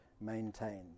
maintained